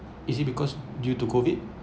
is it because due to COVID